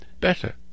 better